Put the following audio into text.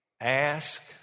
ask